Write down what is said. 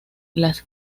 las